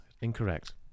Incorrect